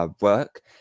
Work